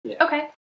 Okay